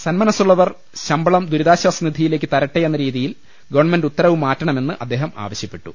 സന്മനസ്സുള്ളവർ ശമ്പളം ദുരിതാശ്വാസ നിധിയിലേക്ക് തരട്ടെ എന്ന രീതിയിൽ ഗവൺമെന്റ് ഉത്തരവ് മാറ്റണമെന്ന് അദ്ദേഹം ആവശ്യപ്പെട്ടു